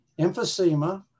emphysema